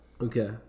Okay